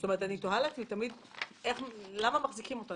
אני תוהה למה מחזיקים אותן,